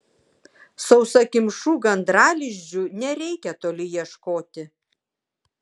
sausakimšų gandralizdžių nereikia toli ieškoti